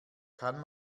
kann